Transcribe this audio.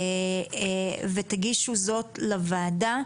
ותגישו זאת לוועדה.